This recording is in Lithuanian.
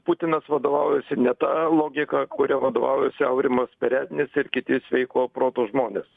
putinas vadovaujasi ne ta logika kuria vadovaujasi aurimas perednis ir kiti sveiko proto žmonės